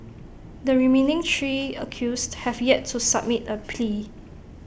the remaining three accused have yet to submit A plea